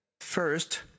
First